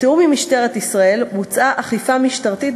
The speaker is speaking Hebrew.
בתיאום עם משטרת ישראל בוצעה אכיפה משטרתית